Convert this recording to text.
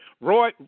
Roy